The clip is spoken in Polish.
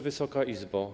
Wysoka Izbo!